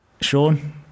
Sean